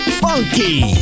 funky